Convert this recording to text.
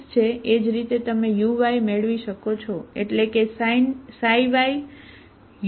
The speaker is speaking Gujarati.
એ જ રીતે તમે uy મેળવી શકો છો એટલે કે ξyuyu